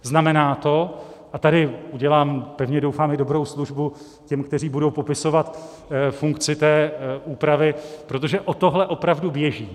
Znamená to a tady dělám, pevně doufám, i dobrou službu těm, kteří budou popisovat funkci té úpravy, protože o tohle opravdu běží.